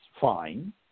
fine